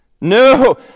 no